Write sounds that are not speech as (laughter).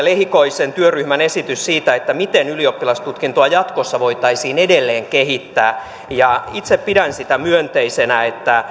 (unintelligible) lehikoisen työryhmän esitys siitä miten ylioppilastutkintoa jatkossa voitaisiin edelleen kehittää itse pidän myönteisenä sitä että